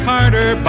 Carter